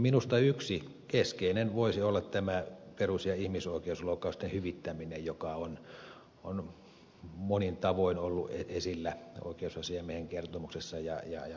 minusta yksi keskeinen voisi olla tämä perus ja ihmisoikeusloukkausten hyvittäminen joka on monin tavoin ollut esillä oikeusasiamiehen kertomuksessa ja monissa puheenvuoroissa